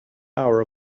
hour